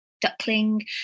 Duckling